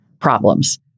problems